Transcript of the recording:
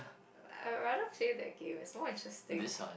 I'd rather play that game it's more interesting